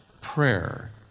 prayer